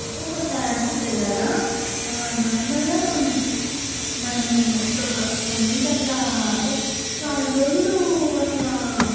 ఒక్కొక్కసారి అనిపిస్తుంది కదా నార్మల్గా మనము ఇప్పుడు ఒక ఒన్ వీక్ అట్లా అంటే వారం రోజులు అట్లా